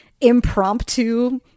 impromptu